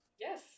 Yes